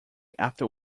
after